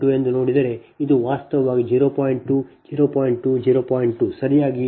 2 ಎಂದು ನೋಡಿದರೆ ಇದು ವಾಸ್ತವವಾಗಿ 0